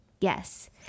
Yes